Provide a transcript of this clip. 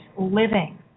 living